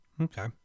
Okay